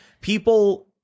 people